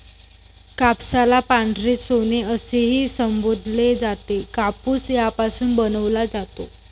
कापसाला पांढरे सोने असेही संबोधले जाते, कापूस यापासून बनवला जातो